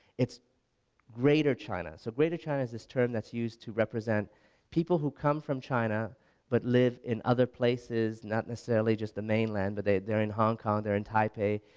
it's greater china. so greater china is this term that's used to represent people who come from china but live in other places not necessarily just the main land but they're they're in hong kong they're in taipei,